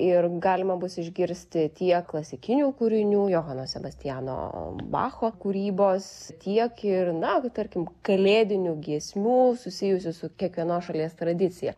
ir galima bus išgirsti tiek klasikinių kūrinių johano sebastiano bacho kūrybos tiek ir na tarkim kalėdinių giesmių susijusių su kiekvienos šalies tradicija